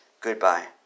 Goodbye